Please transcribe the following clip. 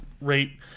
rate